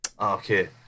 okay